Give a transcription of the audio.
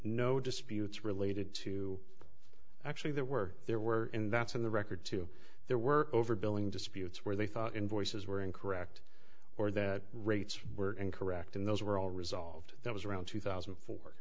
no disputes related to actually there were there were in that's in the record too there were over billing disputes where they thought invoices were incorrect or the rates were incorrect and those were all resolved that was around two thousand and four